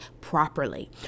properly